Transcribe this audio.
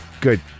Good